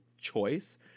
choice